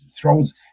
throws